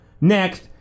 Next